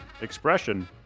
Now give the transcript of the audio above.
expression